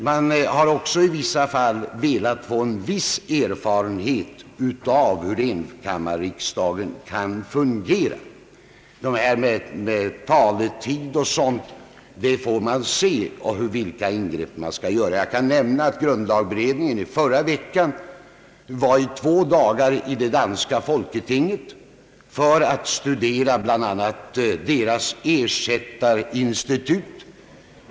Man har också i några fall velat få en viss erfarenhet av hur enkammarriksdagen kan fungera. Detta med tillåten anförandetid till exempel måste man först få erfarenhet av och därefter se vilka ingrepp som behöver göras. Jag kan nämna att grundlagberedningens ledamöter förra veckan besökte det danska folketinget under två dagar bl.a. för att studera deras ersättarinstitut.